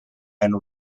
and